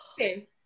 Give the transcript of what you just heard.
okay